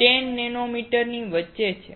10 નેનોમીટરની વચ્ચે છે